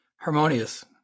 harmonious